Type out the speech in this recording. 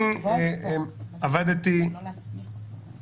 אני עבדתי --- לקבוע תקנות, אבל לא להסמיך אותו.